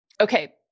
Okay